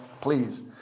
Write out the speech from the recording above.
Please